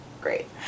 great